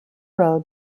road